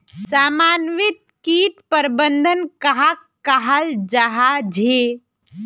समन्वित किट प्रबंधन कहाक कहाल जाहा झे?